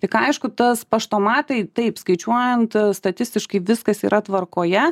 tik aišku tas paštomatai taip skaičiuojant statistiškai viskas yra tvarkoje